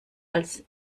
als